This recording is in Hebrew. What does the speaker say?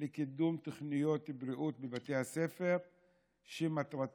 לקידום תוכניות בריאות בבתי הספר שמטרתן